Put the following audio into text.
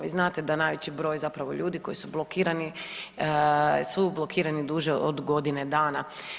Vi znate da najveći broj zapravo ljudi koji su blokirani su blokirani duže od godine dana.